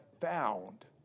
found